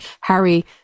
Harry